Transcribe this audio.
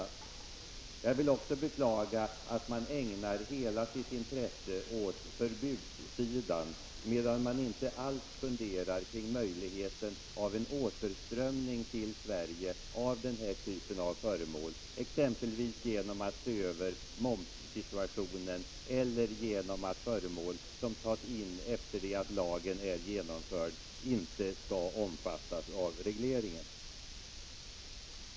Jag beklagar till sist att socialdemokraa= Z77, terna ägnar hela sitt intresse åt förbudssidan, men inte alls funderar på möjligheten av en återströmning till Sverige av denna typ av föremål, exempelvis genom en ändrad momssituation eller genom att föremål som tas in efter det att lagen har trätt i kraft inte skall omfattas av regleringen.